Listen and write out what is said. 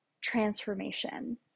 transformation